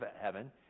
heaven